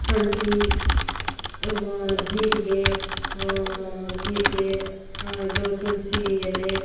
ಶುಂಠಿ ಜೀರಿಗೆ ಜೀರಿಗೆ ಇದು ತುಳ್ಸಿ ಎಲೆ